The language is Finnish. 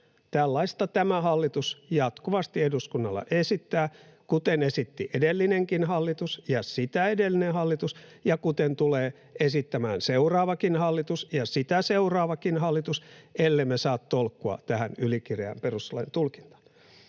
Tällaista tämä hallitus jatkuvasti eduskunnalle esittää, kuten esittivät edellinenkin hallitus ja sitä edellinen hallitus ja kuten tulevat esittämään seuraavakin hallitus ja sitä seuraavakin hallitus, ellemme saa tolkkua tähän ylikireään perustuslain tulkintaan.